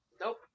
Nope